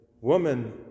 woman